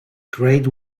grade